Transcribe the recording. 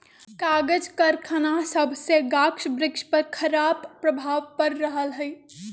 कागज करखना सभसे गाछ वृक्ष पर खराप प्रभाव पड़ रहल हइ